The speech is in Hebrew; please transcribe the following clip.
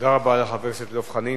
תודה רבה לחבר הכנסת דב חנין.